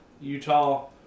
Utah